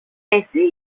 εσύ